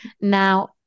Now